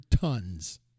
tons